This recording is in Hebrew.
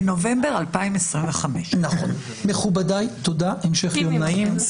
בנובמבר 2025. מכובדיי, תודה, המשך יום נעים.